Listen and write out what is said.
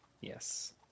Yes